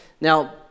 Now